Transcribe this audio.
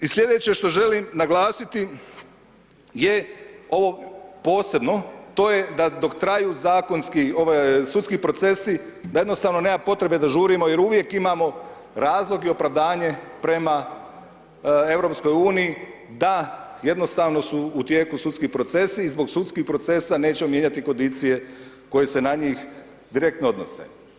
I slijedeće što želim naglasiti je ovo posebno to je dok traju zakonski ovaj sudski procesi da jednostavno nema potrebe da žurimo jer uvijek imamo razlog i opravdanje prema EU da jednostavno u tijeku su sudski procesi i zbog sudskih procesa nećemo mijenjati kondicije koje se na njih direktno odnose.